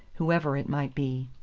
whoever it might be.